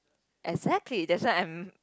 exactly that's why I'm